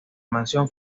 mansión